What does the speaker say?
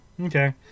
Okay